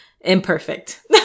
imperfect